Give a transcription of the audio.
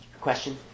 question